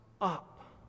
up